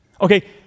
Okay